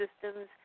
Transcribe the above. Systems